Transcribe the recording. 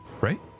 Right